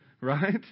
right